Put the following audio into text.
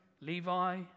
Levi